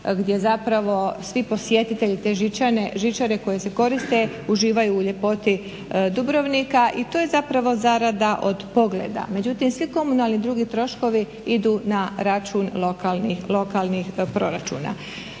gdje zapravo svi posjetitelji te žičare koji se koriste uživaju u ljepoti Dubrovnika. I to ja zapravo zarada od pogleda, međutim svi komunalni i drugi troškovi idu na račun lokalnih proračuna.